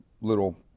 little